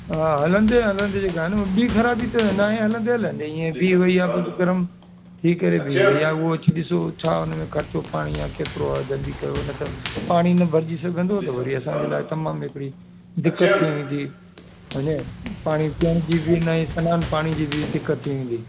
हा हलंदे हलंदे जेका आहे न बि ख़राबी त नाहे हलंदे हलंदे इअं बीह वेई आहे बसि गरमु थी करे बीहु रही आहे उहो अची ॾिसो छा हुन में ख़र्चो पाणी आहे केतिरो आहे जल्दी कयो न त पाणी न भरिजी सघंदो त वरी असांजे लाइ तमामु हिकिड़ी दिक़त थी वेंदी समुझे पाणी पीअण जी बि नाहे सनानु पाणी जी बि दिक़त थी वेंदी